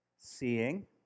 Seeing